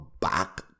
back